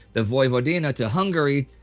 the vojvodina to hungary,